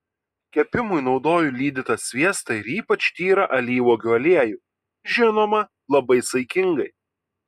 kepimui naudoju lydytą sviestą ir ypač tyrą alyvuogių aliejų žinoma labai saikingai